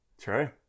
true